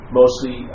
mostly